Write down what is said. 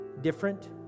different